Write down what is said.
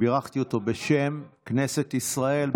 בירכתי אותו בשם כנסת ישראל,